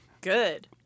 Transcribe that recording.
Good